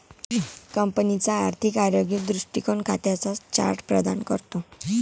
कंपनीचा आर्थिक आरोग्य दृष्टीकोन खात्यांचा चार्ट प्रदान करतो